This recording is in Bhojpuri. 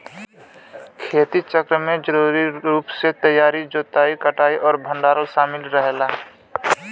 खेती चक्र में जरूरी रूप से तैयारी जोताई कटाई और भंडारण शामिल रहला